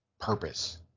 purpose